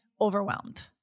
overwhelmed